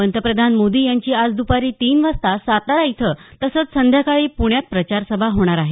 पंतप्रधान मोदी यांची आज दपारी तीन वाजता सातारा इथं तसंच संध्याकाळी प्रण्यात प्रचार सभा होणार आहे